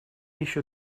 еще